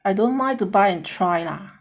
I don't mind to buy and try lah